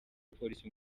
polisi